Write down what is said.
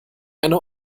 eine